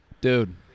dude